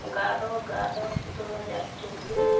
ᱮᱜᱟᱨᱚ ᱮᱜᱟᱨᱚ ᱫᱩ ᱦᱟᱡᱟᱨ ᱪᱚᱵᱽᱵᱤᱥ